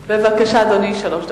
בבקשה, אדוני, שלוש דקות.